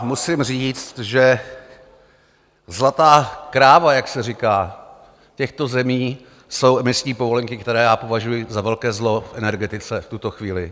Musím říct, že zlatá kráva, jak se říká, těchto zemí jsou emisní povolenky, které já považuji za velké zlo v energetice v tuto chvíli.